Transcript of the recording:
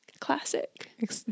classic